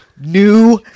New